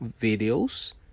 videos